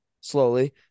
slowly